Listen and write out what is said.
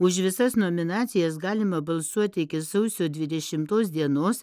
už visas nominacijas galima balsuoti iki sausio dvidešimtos dienos